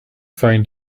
find